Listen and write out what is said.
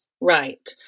right